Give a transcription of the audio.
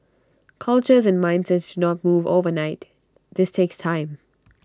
cultures and mindsets do not move overnight this takes time